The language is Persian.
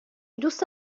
دوست